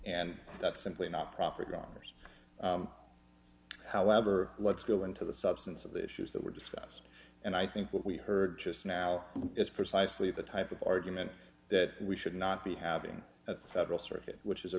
and that's simply not proper grammars however let's go into the substance of the issues that were discussed and i think what we heard just now is precisely the type of argument that we should not be having a federal circuit which is a